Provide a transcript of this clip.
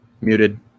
Muted